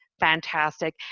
Fantastic